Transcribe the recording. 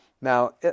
Now